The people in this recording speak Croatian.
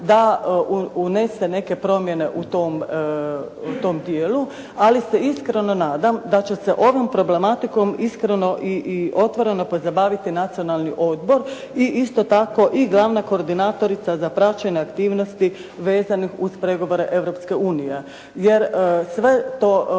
da unese neke promjene u tom dijelu, ali se iskreno nadam da će se ovom problematikom iskreno i otvoreno pozabaviti Nacionalni odbor i isto tako glavna koordinatorica za praćenje aktivnosti vezane uz pregovore Europske